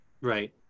Right